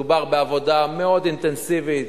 מדובר בעבודה מאוד אינטנסיבית,